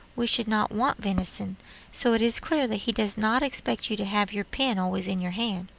we should not want venison so it is clear that he does not expect you to have your pen always in your hand.